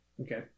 Okay